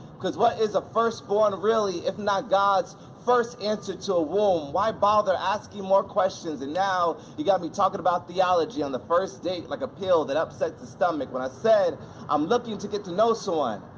because what is a firstborn really if not god's first answer to a womb, why bother asking more questions? and now you got me talking about theology on the first date like a pill that upsets the stomach. when i said i'm looking to get to know someone,